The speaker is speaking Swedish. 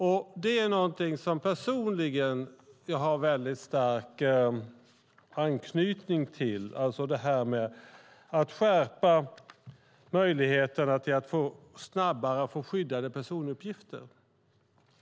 Den gäller någonting som jag personligen har väldigt stark anknytning till: skärpning av möjligheterna till att snabbare få skyddade personuppgifter.